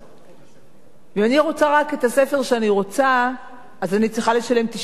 אם אני רוצה רק את הספר שאני רוצה אני צריכה לשלם 98 שקלים,